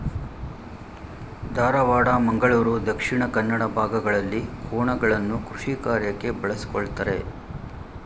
ಧಾರವಾಡ, ಮಂಗಳೂರು ದಕ್ಷಿಣ ಕನ್ನಡ ಭಾಗಗಳಲ್ಲಿ ಕೋಣಗಳನ್ನು ಕೃಷಿಕಾರ್ಯಕ್ಕೆ ಬಳಸ್ಕೊಳತರೆ